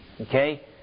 Okay